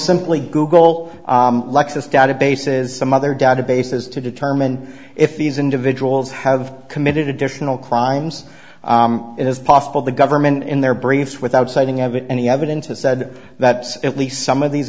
simply google lexis databases some other databases to determine if these individuals have committed additional crimes it is possible the government in their briefs without citing of any evidence has said that at least some of these